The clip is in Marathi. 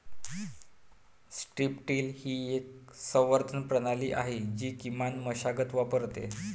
स्ट्रीप टिल ही एक संवर्धन प्रणाली आहे जी किमान मशागत वापरते